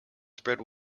spread